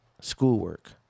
schoolwork